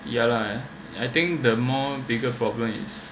ya lah I think the more bigger problem is